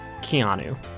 Keanu